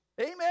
amen